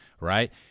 right